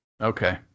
Okay